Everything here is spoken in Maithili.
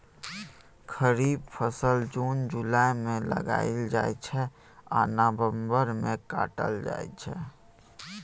खरीफ फसल जुन जुलाई मे लगाएल जाइ छै आ नबंबर मे काटल जाइ छै